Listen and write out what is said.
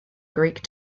greek